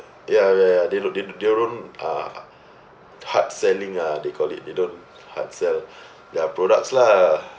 ya yeah they do~ they don't uh hard selling uh they call it they don't hard sell their products lah